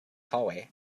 hallway